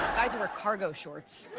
guys who wear cargo shorts.